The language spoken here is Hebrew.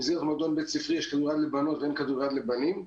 במסגרת מועדון בית ספרי יש כדוריד לבנות ואין כדוריד לבנים.